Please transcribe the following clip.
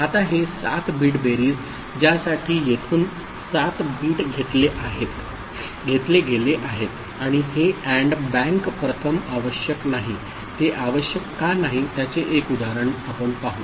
आता हे 7 बिट बेरीज ज्यासाठी येथून 7 बिट घेतले गेले आहेत आणि हे AND बँक प्रथम आवश्यक नाही ते आवश्यक का नाही त्याचे एक उदाहरण आपण पाहू